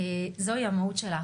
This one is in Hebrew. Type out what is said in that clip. זוהי המהות שלה,